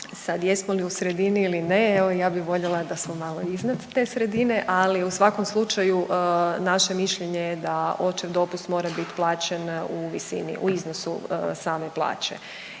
Sad jesmo li u sredini ili ne, evo ja bih voljela da smo malo iznad te sredine, ali u svakom slučaju naše mišljenje je da očev dopust mora biti plaćen u visini, u iznosu same plaće